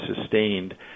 sustained